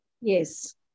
Yes